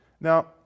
Now